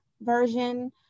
version